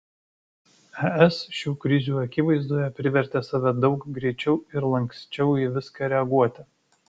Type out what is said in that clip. es šių krizių akivaizdoje privertė save daug greičiau ir lanksčiau į viską reaguoti